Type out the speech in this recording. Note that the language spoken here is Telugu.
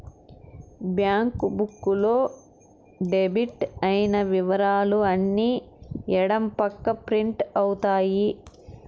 బ్యాంక్ బుక్ లో డెబిట్ అయిన ఇవరాలు అన్ని ఎడం పక్క ప్రింట్ అవుతాయి